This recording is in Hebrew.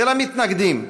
ולמתנגדים,